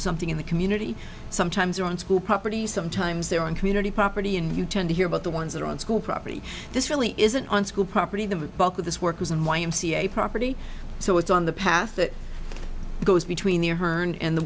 something in the community sometimes are on school property sometimes they're on community property and you tend to hear about the ones that are on school property this really isn't on school property the bulk of this work was in y m c a property so it's on the path that goes between the herne and the